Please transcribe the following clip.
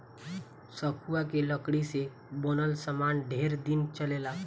सखुआ के लकड़ी से बनल सामान ढेर दिन चलेला